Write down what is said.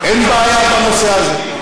אין בעיה בנושא הזה.